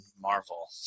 Marvel